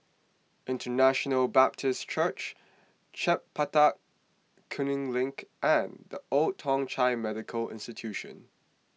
International Baptist Church Chempaka Kuning Link and Old Thong Chai Medical Institution